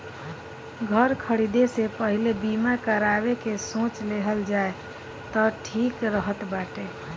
घर खरीदे से पहिले बीमा करावे के सोच लेहल जाए तअ ठीक रहत बाटे